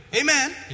Amen